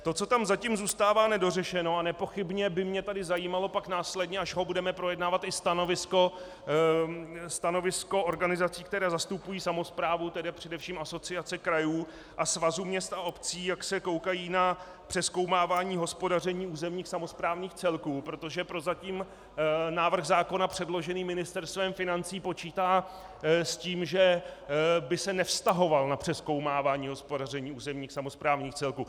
To, co tam zatím zůstává nedořešeno a nepochybně by mě tady pak zajímalo následně, až ho budeme projednávat, i stanovisko organizací, které zastupují samosprávu, tedy především Asociace krajů a Svazu měst a obcí, jak se koukají na přezkoumávání hospodaření územních samosprávných celků, protože prozatím návrh zákona předložený Ministerstvem financí počítá s tím, že by se nevztahoval na přezkoumávání hospodaření územních samosprávných celků.